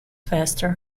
faster